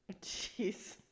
Jeez